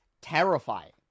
terrifying